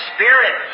Spirit